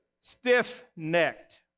stiff-necked